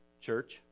church